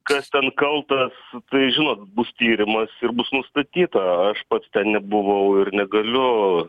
kas ten kaltas tai žinot bus tyrimas ir bus nustatyta aš pats ten nebuvau ir negaliu